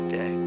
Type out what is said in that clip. Day